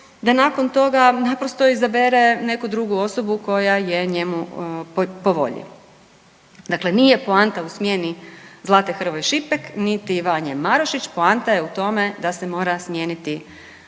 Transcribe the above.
da nakon toga naprosto izabere neku drugu osobu koja je njemu po volji. Dakle, nije poanta u smjeni Zlate Hrvoj Šipek niti Vanje Marušić, poanta je u tome da se mora smijeniti